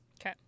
Okay